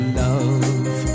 love